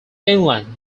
england